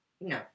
No